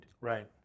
Right